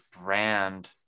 brand